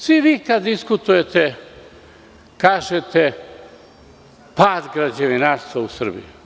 Svi vi kada diskutujete kažete – pad građevinarstva u Srbiji.